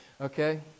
Okay